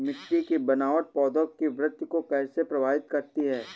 मिट्टी की बनावट पौधों की वृद्धि को कैसे प्रभावित करती है?